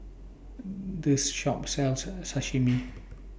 This Shop sells Sashimi